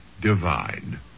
divine